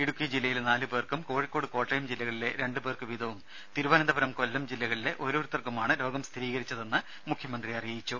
ഇടുക്കി ജില്ലയിലെ നാലു പേർക്കും കോഴിക്കോട് കോട്ടയം ജില്ലകളിലെ രണ്ടു പേർക്ക് വീതവും തിരുവനന്തപുരം കൊല്ലം ജില്ലകളിലെ ഓരോരുത്തർക്കുമാണ് രോഗം സ്ഥിരീകരിച്ചതെന്ന് മുഖ്യമന്ത്രി അറിയിച്ചു